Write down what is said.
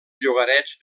llogarets